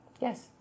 Yes